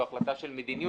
זו החלטה של מדיניות,